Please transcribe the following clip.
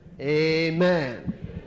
Amen